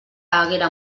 haguera